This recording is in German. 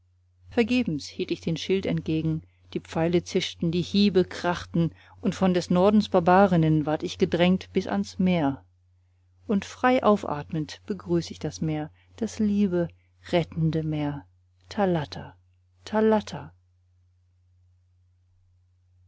vergebens hielt ich den schild entgegen die pfeile zischten die hiebe krachten und von des nordens barbarinnen ward ich gedrängt bis ans meer und frei aufatmend begrüß ich das meer das liebe rettende meer